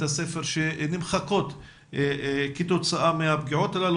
הספר שנמחקות כתוצאה מהפגיעות הללו.